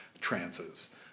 trances